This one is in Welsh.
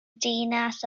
ddinas